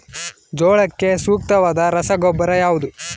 ಜೋಳಕ್ಕೆ ಸೂಕ್ತವಾದ ರಸಗೊಬ್ಬರ ಯಾವುದು?